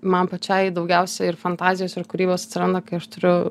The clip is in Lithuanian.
man pačiai daugiausiai ir fantazijos ir kūrybos atsiranda kai aš turiu